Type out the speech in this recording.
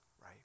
right